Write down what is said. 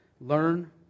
learn